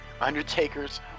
Undertaker's